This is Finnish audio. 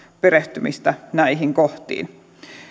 perehtymistä näihin kohtiin